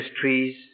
trees